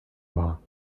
war